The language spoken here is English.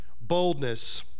boldness